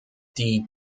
die